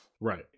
Right